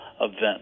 event